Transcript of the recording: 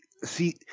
See